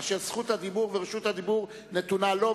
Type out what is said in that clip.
אשר זכות הדיבור ורשות הדיבור נתונות לו,